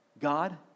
God